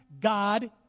God